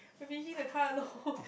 I finishing the card no